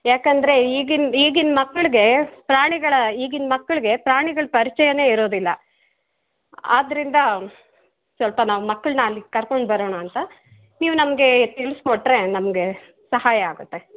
ಯಾಕಂದರೆ ಈಗಿನ ಈಗಿನ ಮಕ್ಕಳಿಗೆ ಪ್ರಾಣಿಗಳ ಈಗಿನ ಮಕ್ಕಳಿಗೆ ಪ್ರಾಣಿಗಳ ಪರ್ಚಯವೇ ಇರೋದಿಲ್ಲ ಆದ್ದರಿಂದ ಸ್ವಲ್ಪ ನಾವು ಮಕ್ಕಳನ್ನ ಅಲ್ಲಿಗೆ ಕರ್ಕೊಂಡು ಬರೋಣ ಅಂತ ನೀವು ನಮಗೆ ತಿಳಿಸ್ಕೊಟ್ರೆ ನಮಗೆ ಸಹಾಯ ಆಗುತ್ತೆ